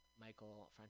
Michael